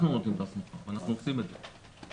אנחנו נותנים את ההסמכה ואנחנו עושים את זה.